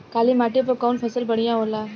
काली माटी पर कउन फसल बढ़िया होला?